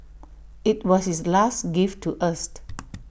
IT was his last gift to us